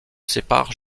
séparent